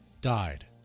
died